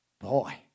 boy